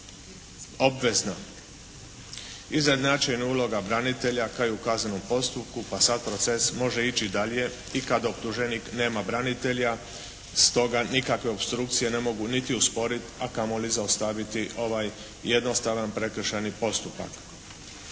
obvezna. Izjednačena je uloga branitelja kao i u kaznenom postupku pa sav proces može ići dalje i kad optuženik nema branitelja. Stoga nikakve opstrukcije ne mogu niti usporiti, a kamoli zaustaviti ovaj jednostavan prekršajni postupak.